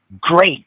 great